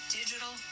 digital